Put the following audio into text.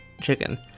chicken